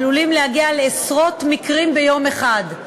העלולים להגיע לעשרות מקרים ביום אחד.